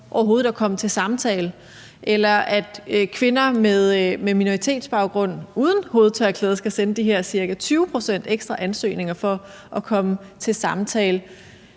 at komme til samtale, og at kvinder med minoritetsbaggrund uden hovedtørklæde skal sende ca. 20 pct. flere ansøgninger for at komme til samtale.